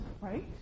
right